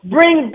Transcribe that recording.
Bring